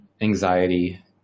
anxiety